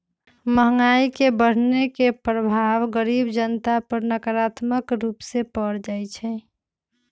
महंगाई के बढ़ने के प्रभाव गरीब जनता पर नकारात्मक रूप से पर जाइ छइ